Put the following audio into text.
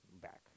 back